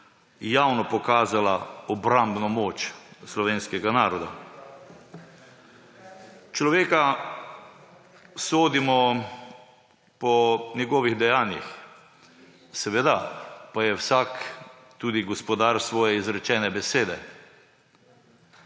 javno pokazala obrambno moč slovenskega naroda. Človeka sodimo po njegovih dejanjih, seveda pa je vsak tudi gospodar svoje izrečene besede.